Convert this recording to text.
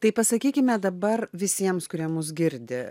tai pasakykime dabar visiems kurie mus girdi